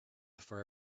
for